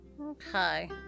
Okay